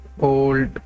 old